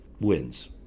wins